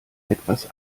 etwas